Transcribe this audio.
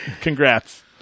Congrats